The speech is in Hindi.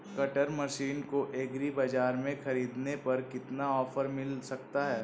कटर मशीन को एग्री बाजार से ख़रीदने पर कितना ऑफर मिल सकता है?